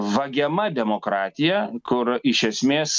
vagiama demokratija kur iš esmės